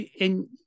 And-